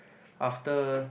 after